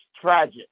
Tragic